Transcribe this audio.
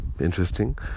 interesting